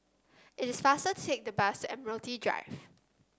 it is faster to take the bus to Admiralty Drive